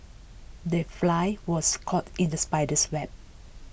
the fly was caught in the spider's web